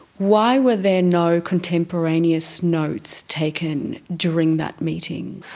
why were there no contemporaneous notes taken during that meeting?